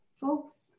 folks